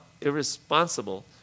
irresponsible